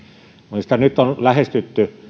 minusta nyt on lähestytty